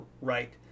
right